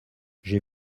j’ai